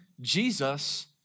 Jesus